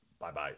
Bye-bye